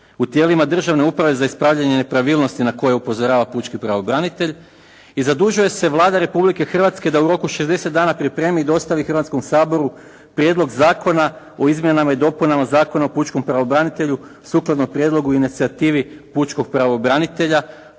u tijelima državne uprave za ispravljanje nepravilnosti na koje upozorava pučki pravobranitelj i zadužuje se Vlada Republike Hrvatske da u roku 60 dana pripremi i dostavi Hrvatskom saboru Prijedlog zakona o izmjenama i dopunama Zakona o pučkom pravobranitelju sukladno prijedlogu i inicijativi pučkog pravobranitelja